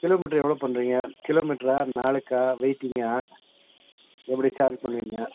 kilometre எவ்வளோ பண்ணிறீங்க கிலோமீட்டரா நாலுக்கா வெயிட்டிங்கா எப்படி சார்ஜ் பண்ணுவீங்க